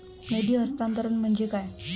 निधी हस्तांतरण म्हणजे काय?